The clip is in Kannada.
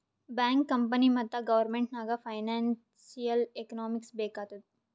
ಬ್ಯಾಂಕ್, ಕಂಪನಿ ಮತ್ತ ಗೌರ್ಮೆಂಟ್ ನಾಗ್ ಫೈನಾನ್ಸಿಯಲ್ ಎಕನಾಮಿಕ್ಸ್ ಬೇಕ್ ಆತ್ತುದ್